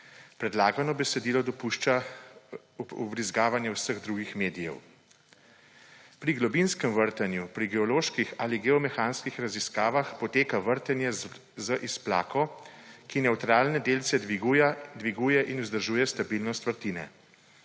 Predlagano besedilo dopušča vbrizgavanje vseh drugih medijev. Pri globinskem vrtanju pri geoloških ali geomehanskih raziskavah poteka vrtanje z izplako, ki nevtralne delce dviguje in vzdržuje stabilnost vrtine.